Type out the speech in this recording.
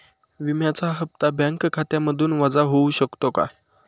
विम्याचा हप्ता बँक खात्यामधून वजा होऊ शकतो का?